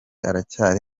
aracyari